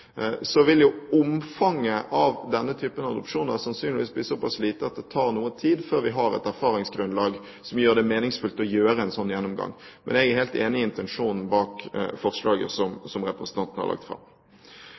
tar noe tid før vi har et erfaringsgrunnlag som gjør det meningsfullt å gjøre en sånn gjennomgang, men jeg er helt enig i intensjonen bak forslaget som representanten har lagt fram.